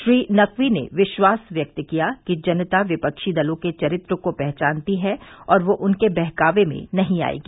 श्री नकवी ने विश्वास व्यक्त किया कि जनता विपक्षी दलों के चरित्र को पहचानती है और वह उनके बहकावे में नहीं आएगी